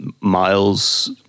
Miles